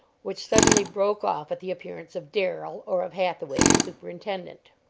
which suddenly broke off at the appearance of darrell, or of hathaway, the superintendent.